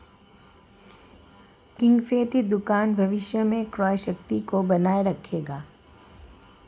किफ़ायती दुकान भविष्य में क्रय शक्ति को बनाए रखेगा